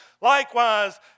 Likewise